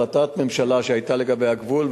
החלטת ממשלה שהיתה לגבי הגבול,